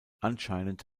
anscheinend